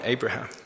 Abraham